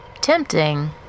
Tempting